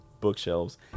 bookshelves